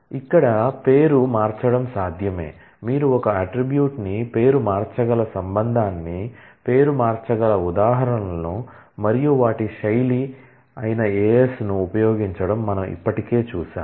ఇక్కడ పేరు మార్చడం సాధ్యమే మీరు ఒక అట్ట్రిబ్యూట్ ని పేరు మార్చగల రిలేషన్ ను పేరు మార్చగల ఉదాహరణలను మరియు వాటి స్టైల్ ఐన AS ను ఉపయోగించడం మనం ఇప్పటికే చూశాము